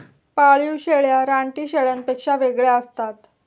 पाळीव शेळ्या रानटी शेळ्यांपेक्षा वेगळ्या असतात